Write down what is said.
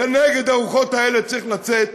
ונגד הרוחות האלה צריך לצאת,